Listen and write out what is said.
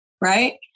Right